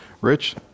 Rich